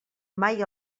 mai